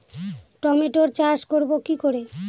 টমেটোর চাষ করব কি করে?